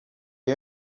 you